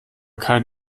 kein